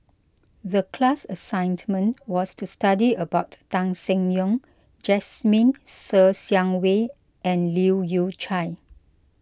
the class assignment was to study about Tan Seng Yong Jasmine Ser Xiang Wei and Leu Yew Chye